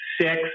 six